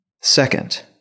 Second